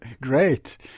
Great